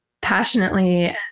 passionately